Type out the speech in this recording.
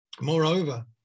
Moreover